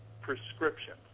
prescriptions